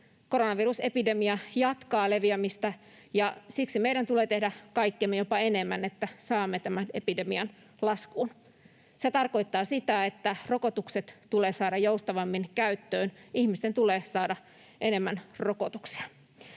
Koronavirusepidemia jatkaa leviämistä, ja siksi meidän tulee tehdä kaikkemme, jopa enemmän, että saamme tämän epidemian laskuun. Se tarkoittaa sitä, että rokotukset tulee saada joustavammin käyttöön, ihmisten tulee saada enemmän rokotuksia.